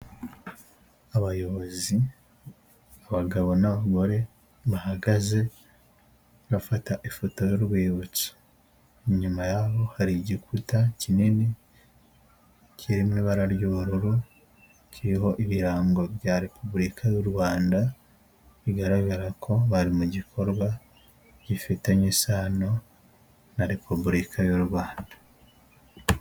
Abayobozi abagabo n'abagore bahagaze bafata ifoto y'urwibutso, inyuma yabo hari igikuta kinini kiri mu ibara kiho ibirango bya repubulika y'u Rwanda bigaragara ko bari mu gikorwa gifitanye isano na repubulika y'u Rwanda.